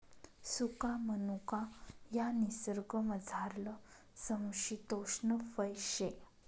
सुका मनुका ह्या निसर्गमझारलं समशितोष्ण फय शे